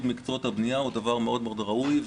מקצועות הבנייה הוא דבר מאוד מאוד ראוי,